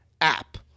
app